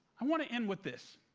i want to end with this.